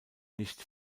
nicht